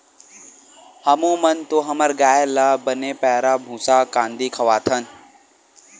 हमू मन तो हमर गाय ल बने पैरा, भूसा, कांदी खवाथन